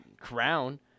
crown –